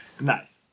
Nice